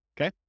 okay